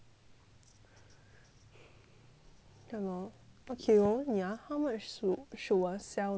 ya lor okay 我问你啊 how much should should I sell 那些东西